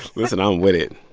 listen, i'm with it.